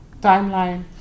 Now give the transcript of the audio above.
timeline